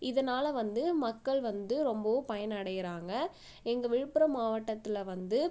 இதனால் வந்து மக்கள் வந்து ரொம்பவும் பயனடைகிறாங்க எங்கள் விழுப்புரம் மாவட்டத்தில் வந்து